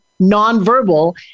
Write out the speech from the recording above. nonverbal